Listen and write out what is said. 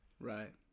Right